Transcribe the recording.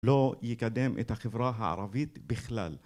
לא יקדם את החברה הערבית בכלל.